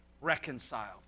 reconciled